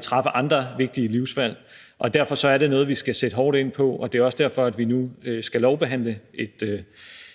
træffe andre vigtige livsvalg. Derfor er det noget, vi skal sætte hårdt ind over for, og det er også derfor, at vi nu skal lovbehandle et